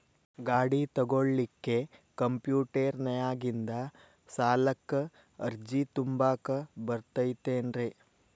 ಗಾಡಿ ತೊಗೋಳಿಕ್ಕೆ ಕಂಪ್ಯೂಟೆರ್ನ್ಯಾಗಿಂದ ಸಾಲಕ್ಕ್ ಅರ್ಜಿ ತುಂಬಾಕ ಬರತೈತೇನ್ರೇ?